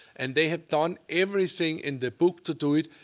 and they had done everything in the book to do it,